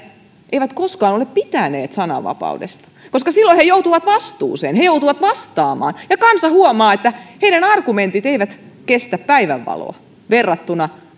eivät koskaan ole pitäneet sananvapaudesta koska silloin he joutuvat vastuuseen he joutuvat vastaamaan ja kansa huomaa että heidän argumenttinsa eivät kestä päivänvaloa verrattuna